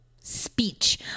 speech